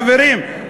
חברים,